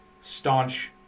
staunch